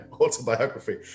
autobiography